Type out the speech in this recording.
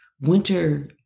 winter